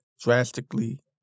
drastically